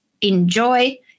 enjoy